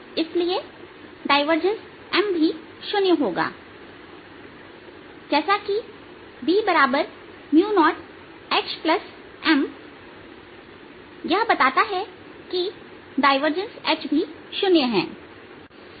इसलिए divergence M भी शून्य होगा जैसा कि B0HMयह बताता है कि डायवर्जेंस H भी शून्य है